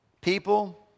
people